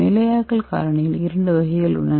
நிலையாக்கல் காரணியில் இரண்டு வகைகள் உள்ளன